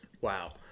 wow